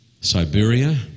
Siberia